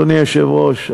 אדוני היושב-ראש,